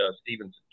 Stevenson